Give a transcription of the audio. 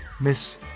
miss